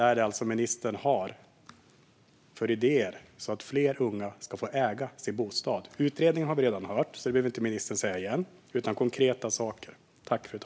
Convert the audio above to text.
Vilka idéer har ministern så att fler unga ska få äga sin bostad? Vi har redan hört om utredningen, så den behöver ministern inte ta upp igen. Vi vill höra något konkret.